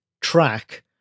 track